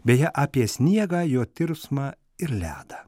beje apie sniegą jo tirpsmą ir ledą